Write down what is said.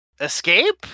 escape